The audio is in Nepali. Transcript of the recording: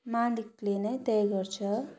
मालिकले नै तय गर्छ